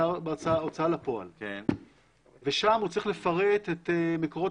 בהוצאה לפועל, ושם הוא צריך לפרט את מקורות